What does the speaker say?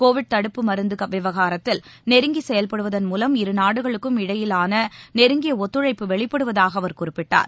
Covid தடுப்பு மருந்து விவகாரத்தில் நெருங்கி செயல்படுவதன் மூலம் இரு நாடுகளுக்கும் இடையேயான நெருங்கிய ஒத்துழைப்பு வெளிபடுவதாக அவர் குறிப்பிட்டார்